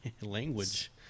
language